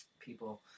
people